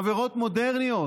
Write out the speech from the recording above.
עבירות מודרניות,